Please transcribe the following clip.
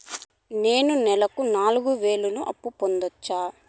నేను నెలకు నాలుగు వేలు అప్పును పొందొచ్చా?